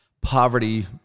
poverty